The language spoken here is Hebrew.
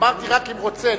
אמרתי רק אם רוצה.